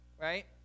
right